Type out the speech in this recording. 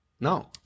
No